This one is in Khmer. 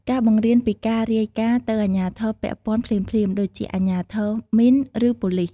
ការបង្រៀនពីការរាយការណ៍ទៅអាជ្ញាធរពាក់ព័ន្ធភ្លាមៗ ដូចជាអាជ្ញាធរមីន ឬប៉ូលិស។